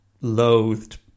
loathed